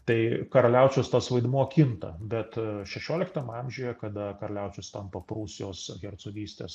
tai karaliaučiaus tas vaidmuo kinta bet šešioliktam amžiuje kada karaliaučius tampa prūsijos hercogystės